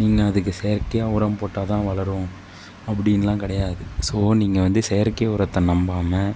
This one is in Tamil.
நீங்கள் அதுக்கு செயற்கையாக உரம் போட்டால் தான் வளரும் அப்படின்லாம் கிடையாது ஸோ நீங்கள் வந்து செயற்கை உரத்தை நம்பாமல்